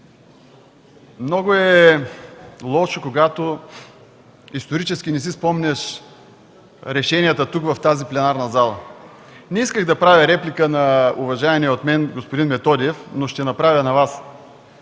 много е лошо, когато исторически не си спомняш решенията тук, в пленарната зала. Не исках да правя реплика на уважаемия от мен господин Методиев, но ще направя на Вас.